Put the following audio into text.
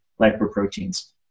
lipoproteins